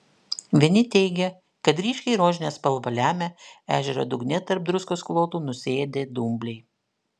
vieni teigė kad ryškiai rožinę spalvą lemia ežero dugne tarp druskos klodų nusėdę dumbliai